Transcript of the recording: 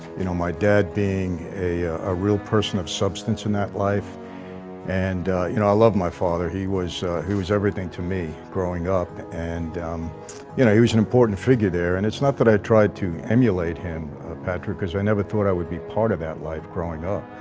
you know my dad being a ah real person of substance in that life and you know i love my father he was he was everything to me growing up and you know he was an important figure there and it's not that i tried to emulate him patrick because i never thought i would be part of that life growing up.